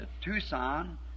Tucson